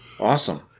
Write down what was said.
Awesome